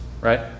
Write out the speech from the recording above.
Right